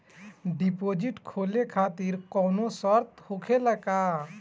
Deposit खोले खातिर कौनो शर्त भी होखेला का?